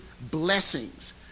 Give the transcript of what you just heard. blessings